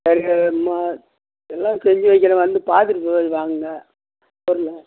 சரிமா எல்லாம் செஞ்சு வைக்கிறேன் வந்து பார்த்துட்டு போய் வாங்குங்க போதுங்களா